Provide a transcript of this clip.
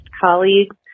colleagues